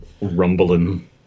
rumbling